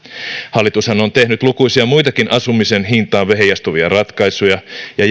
hallitushan on tehnyt lukuisia muitakin asumisen hintaan heijastuvia ratkaisuja ja